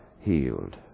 healed